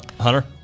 Hunter